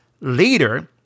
Leader